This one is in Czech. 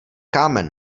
kámen